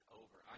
over